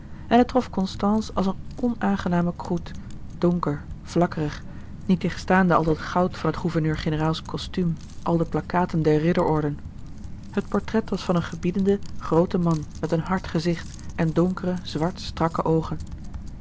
en het trof constance als een onaangename croûte donker vlakkerig niettegenstaande al dat goud van het gouverneur generaalskostuum al de plakkaten der ridderorden het portret was van een gebiedenden grooten man met een hard gezicht en donkere zwart strakke oogen